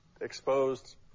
exposed